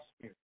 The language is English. Spirit